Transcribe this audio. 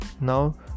Now